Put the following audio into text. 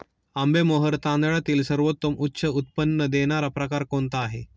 आंबेमोहोर तांदळातील सर्वोत्तम उच्च उत्पन्न देणारा प्रकार कोणता आहे?